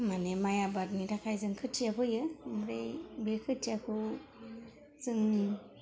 माने माइ आबादनि थाखाइ जों खोथिया फोयो ओमफ्राय बे खोथियाखौ जों